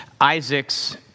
Isaac's